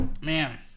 man